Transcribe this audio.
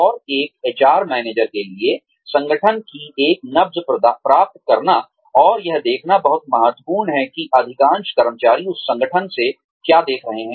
और एक HR manager के लिए संगठन की एक नब्ज प्राप्त करना और यह देखना बहुत महत्वपूर्ण है कि अधिकांश कर्मचारी उस संगठन से क्या देख रहे हैं